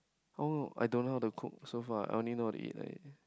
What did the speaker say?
oh I don't know how to cook so far I only know how to eat leh